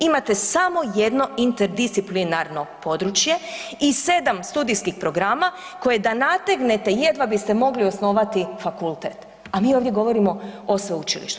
Imate samo jedno interdisciplinarno područje i 7 studijskih programa, koje da nategnete, jedva biste mogli osnovati fakultet, a mi ovdje govorimo o sveučilištu.